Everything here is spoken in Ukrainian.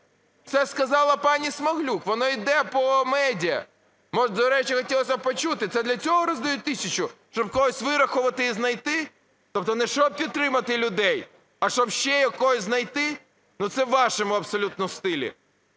Це сказала пані Смаглюк, воно йде по медіа. До речі, хотілося б почути: це для цього роздають тисячу, щоб когось вирахувати і знайти? Тобто не щоб підтримати людей, а щоб ще когось знайти, ну це у вашому, абсолютно, стилі.